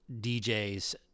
DJs